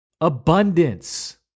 abundance